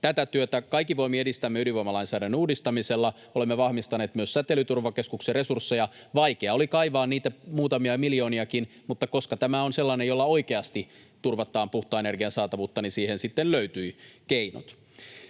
Tätä työtä kaikin voimin edistämme ydinvoimalainsäädännön uudistamisella. Olemme vahvistaneet myös Säteilyturvakeskuksen resursseja. Vaikeaa oli kaivaa niitä muutamia miljooniakin, mutta koska tämä on sellainen, jolla oikeasti turvataan puhtaan energian saatavuutta, niin siihen sitten löytyivät keinot.